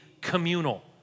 communal